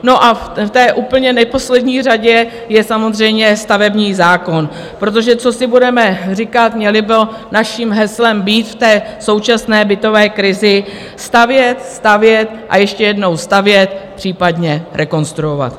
A v neposlední řadě je samozřejmě stavební zákon, protože co si budeme říkat, mělo by naším heslem být v současné bytové krizi stavět, stavět a ještě jednou stavět, případně rekonstruovat.